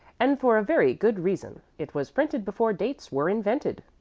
and for a very good reason. it was printed before dates were invented.